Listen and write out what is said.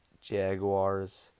Jaguars